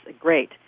great